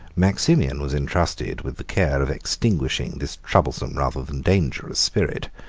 maximian was intrusted with the care of extinguishing this troublesome, rather than dangerous spirit,